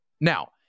Now